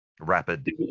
rapid